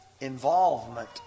involvement